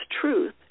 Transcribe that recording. truth